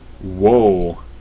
Whoa